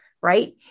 right